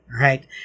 Right